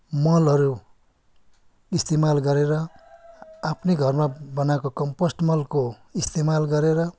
मलहरू इस्तेमाल गरेर आफ्नै घरमा बनाएको कम्पोस्ट मलको इस्तेमाल गरेर